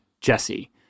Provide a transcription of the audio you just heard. Jesse